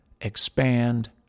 expand